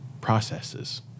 processes